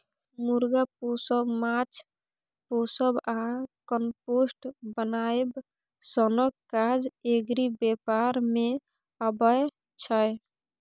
मुर्गा पोसब, माछ पोसब आ कंपोस्ट बनाएब सनक काज एग्री बेपार मे अबै छै